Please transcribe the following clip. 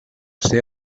ser